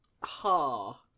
Ha